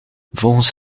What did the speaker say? volgens